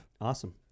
awesome